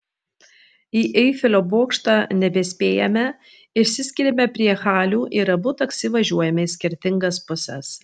į eifelio bokštą nebespėjame išsiskiriame prie halių ir abu taksi važiuojame į skirtingas puses